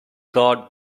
guard